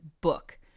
book